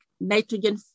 nitrogen